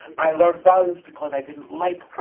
i learned volumes because i didn't like